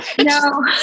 no